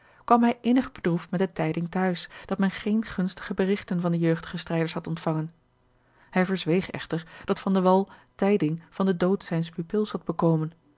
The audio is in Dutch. kwam hij innig bedroefd met de tijding te huis dat men geene gunstige berigten van de jeugdige strijders had ontvangen hij verzweeg echter dat van de wall tijding van den dood zijns pupils had bekomen